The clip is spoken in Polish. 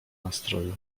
nastroju